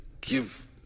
give